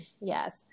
yes